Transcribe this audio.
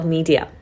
Media